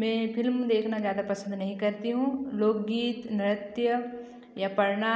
मैं फिल्म देखना ज़्यादा पसंद नहीं करती हूँ लोकगीत नृत्य या पढ़ना